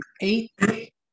eight